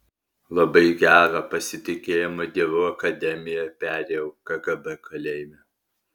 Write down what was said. labai gerą pasitikėjimo dievu akademiją perėjau kgb kalėjime